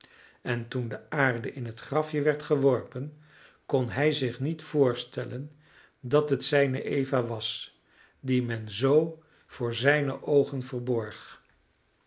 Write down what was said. en toen de aarde in het grafje werd geworpen kon hij zich niet voorstellen dat het zijne eva was die men zoo voor zijne oogen verborg